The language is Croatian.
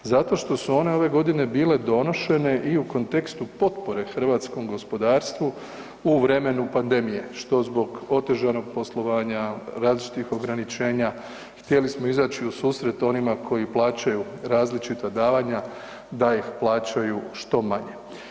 Zato što su one ove godine bile donošene i u kontekstu potpore hrvatskom gospodarstvu u vremenu pandemije što zbog otežanog poslovanja, različitih ograničenja htjeli smo izaći u susret onima koji plaćaju različita davanja da ih plaćaju što manje.